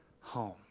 home